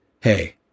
Hey